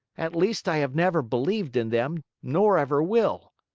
at least i have never believed in them, nor ever will.